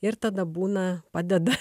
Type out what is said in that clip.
ir tada būna padeda